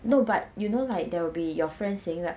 no but you know like there will be your friend saying like